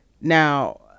Now